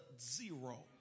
zero